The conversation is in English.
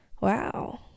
Wow